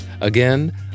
Again